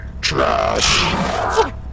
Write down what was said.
trash